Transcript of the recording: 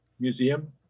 Museum